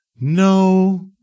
No